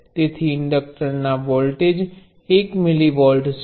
તેથી ઇન્ડક્ટરના voltage 1 millivolt છે